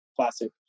classic